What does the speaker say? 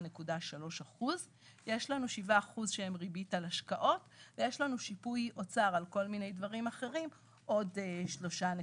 יש גמלאות שהן גמלאות אוצריות ויש גמלאות שהן